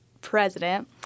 president